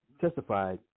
testified